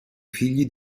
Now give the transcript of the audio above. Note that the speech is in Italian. figli